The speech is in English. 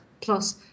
plus